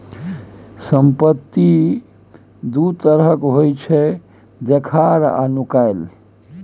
संपत्ति दु तरहक होइ छै देखार आ नुकाएल